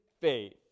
faith